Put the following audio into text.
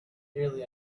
nearly